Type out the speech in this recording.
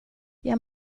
jag